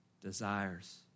desires